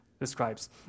describes